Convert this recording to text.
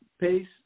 pace